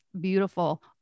beautiful